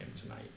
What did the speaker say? tonight